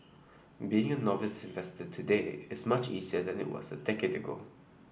being a novice investor today is much easier than it was a decade ago